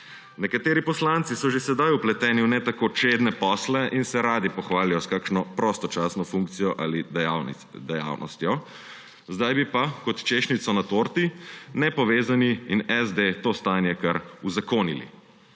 Nekateri poslanci so že sedaj vpleteni v ne tako čedne posle in se radi pohvalijo s kakšno prostočasno funkcijo ali dejavnostjo. Sedaj bi pa kot češnjico na torti Nepovezani in SD to stanje, kar uzakonili.